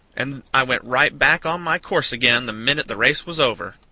and i went right back on my course again the minute the race was over.